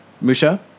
Musha